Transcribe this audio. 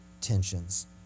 tensions